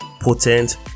potent